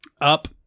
up